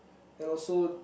and also